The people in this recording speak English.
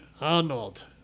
Arnold